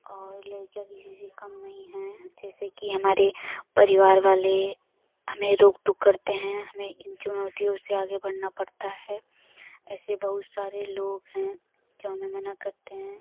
और लड़कियाँ किसी से कम नहीं हैं जैसे कि हमारे परिवार वाले हमें रोक टोक करते हैं हमें इन चुनौतियों से आगे बढ़ना पड़ता है ऐसे बहुत सारे लोग हैं जो हमें मना करते हैं